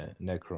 Necron